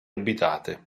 abitate